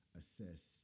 assess